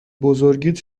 بزرگیت